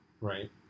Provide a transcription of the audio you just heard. right